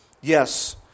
Yes